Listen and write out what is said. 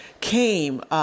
came